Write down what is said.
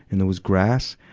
and there was grass.